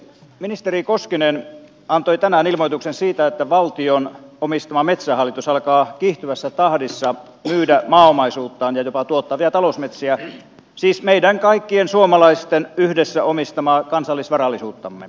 ministeri koskinen antoi tänään ilmoituksen siitä että valtion omistama metsähallitus alkaa kiihtyvässä tahdissa myydä maaomaisuuttaan ja jopa tuottavia talousmetsiä siis meidän kaikkien suomalaisten yhdessä omistamaa kansallisvarallisuuttamme